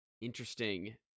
interesting